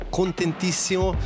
contentissimo